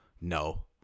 No